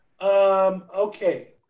Okay